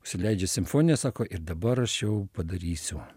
užsileidžia simfoniją sako ir dabar aš jau padarysiu